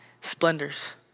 splendors